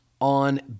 on